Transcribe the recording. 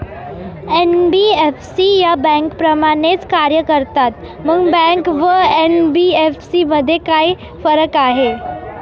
NBFC या बँकांप्रमाणेच कार्य करतात, मग बँका व एन.बी.एफ.सी मध्ये काय फरक आहे?